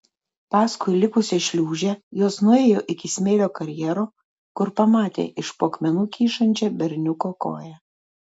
paskui likusią šliūžę jos nuėjo iki smėlio karjero kur pamatė iš po akmenų kyšančią berniuko koją